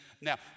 Now